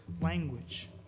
language